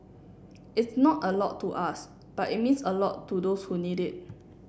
it's not a lot to us but it means a lot to those who need it